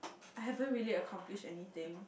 I haven't really accomplish anything